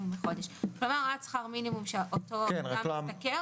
לחודש." כלומר עד שכר מינימום שאותו אדם משתכר